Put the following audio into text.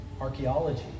Archaeology